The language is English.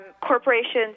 corporations